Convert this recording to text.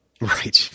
Right